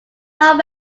not